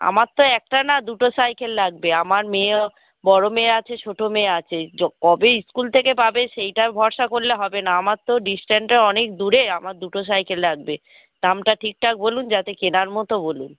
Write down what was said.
আমার তো একটা না দুটো সাইকেল লাগবে আমার মেয়েও বড়ো মেয়ে আছে ছোটো মেয়ে আছে কবে স্কুল থেকে পাবে সেইটা ভরসা করলে হবে না আমার তো ডিস্ট্যানটা অনেক দূরে আমার দুটো সাইকেল লাগবে দামটা ঠিকঠাক বলুন যাতে কেনার মতো বলুন